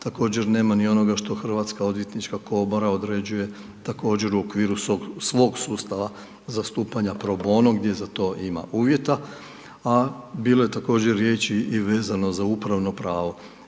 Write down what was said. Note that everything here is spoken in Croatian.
Također nema ni onoga što Hrvatska odvjetnička komora određuje također u okviru svog sustava zastupanja pro bono gdje za to ima uvjeta, a bilo je također riječi i vezano za upravno pravo.